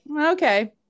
okay